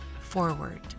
Forward